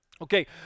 Okay